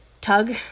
tug